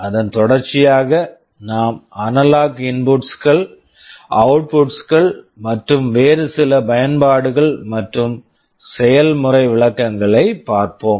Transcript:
அதன் தொடர்ச்சியாக நாம் அனலாக் இன்புட்ஸ் analog inputs கள் அவுட்புட்ஸ் outputs கள் மற்றும் வேறு சில பயன்பாடுகள் மற்றும் செயல்முறை விளக்கங்களைப் பார்ப்போம்